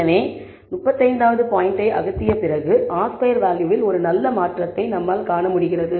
எனவே 35 வது பாயிண்டை அகற்றிய பிறகு R ஸ்கொயர் வேல்யூவில் ஒரு நல்ல மாற்றத்தை நம்மால் காண முடிகிறது